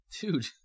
dude